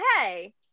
hey